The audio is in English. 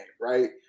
right